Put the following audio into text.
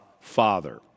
Father